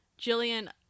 Jillian